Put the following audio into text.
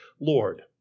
Lord